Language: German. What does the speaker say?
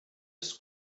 des